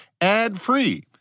ad-free